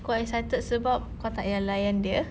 kau excited sebab kau tak payah layan dia